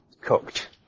cooked